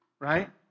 Right